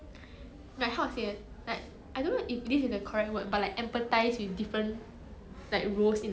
but like you can like put yourself in their shoes is it orh okay okay